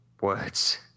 words